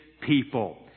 people